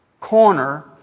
corner